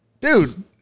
Dude